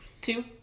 two